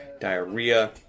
diarrhea